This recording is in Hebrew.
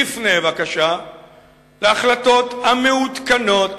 יפנה בבקשה להחלטות המעודכנות